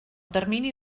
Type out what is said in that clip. termini